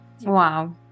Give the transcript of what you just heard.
Wow